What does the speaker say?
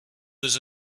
was